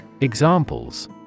Examples